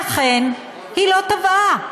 ואכן, היא לא תבעה.